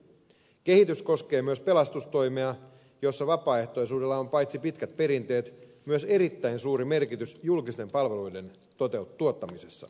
kehitys koskee myös pelastustoimea jossa vapaaehtoisuudella on paitsi pitkät perinteet myös erittäin suuri merkitys julkisten palveluiden tuottamisessa